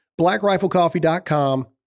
BlackRifleCoffee.com